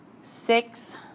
six